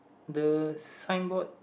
the sign board